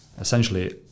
essentially